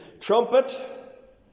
trumpet